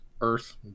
earth